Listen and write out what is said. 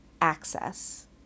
access